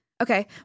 Okay